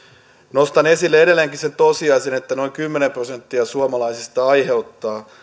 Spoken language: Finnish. nostan esille edelleenkin sen tosiasian että noin kymmenen prosenttia suomalaisista aiheuttaa